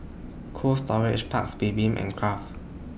Cold Storage Paik's Bibim and Kraft